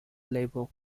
level